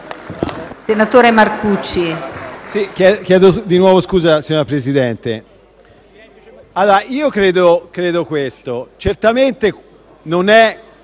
senatore Marcucci